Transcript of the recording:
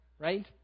right